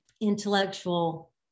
intellectual